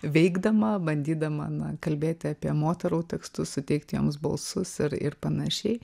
veikdama bandydama na kalbėti apie moterų tekstus suteikti joms balsus ir ir panašiai